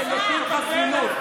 אתם נותנים חסינות.